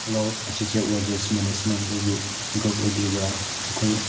hello ꯑꯁꯤꯁꯦ ꯋꯦꯖꯦꯁ ꯃꯦꯅꯦꯖꯃꯦꯟꯈꯣꯏꯒꯤ ꯒ꯭ꯔꯨꯞ ꯑꯣꯏꯕꯤꯕ꯭ꯔ ꯑꯩꯈꯣꯏ